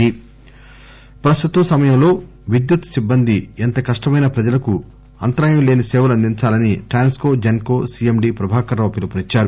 విద్యుత్ ప్రస్తుత సమయంలో విద్యుత్ సిబ్బంది ఎంత కష్టమైనా ప్రజలకు అంతరాయం లేని సేవలు అందించాలని ట్రాన్స్కో జెన్కో సీఎండీ ప్రభాకర్రావు పిలుపునిచ్చారు